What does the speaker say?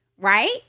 right